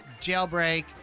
Jailbreak